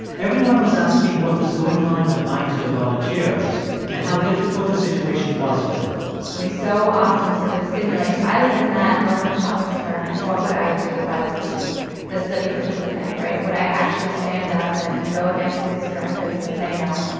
everyone was asking what was going on in the minds of the volunteers and how difficult the situation was for them we so often sort of simulate if i was in that milgram shock experiment, what would i do if i was the the study participant, right? would i actually stand up and go against these directives and say no?